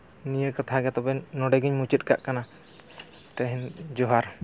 ᱱᱤᱭᱟᱹ ᱠᱟᱛᱷᱟ ᱜᱮ ᱛᱚᱵᱮ ᱱᱚᱰᱮᱜᱮᱧ ᱢᱩᱪᱟᱹᱫ ᱠᱟᱜ ᱠᱟᱱᱟ ᱛᱮᱦᱮᱧ ᱡᱚᱦᱟᱨ